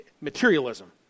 materialism